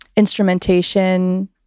instrumentation